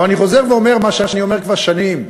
אבל אני חוזר ואומר מה שאני אומר כבר שנים: